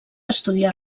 estudiar